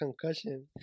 concussion